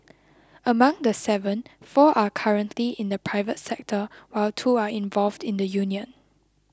among the seven four are currently in the private sector while two are involved in the union